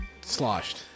sloshed